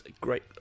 great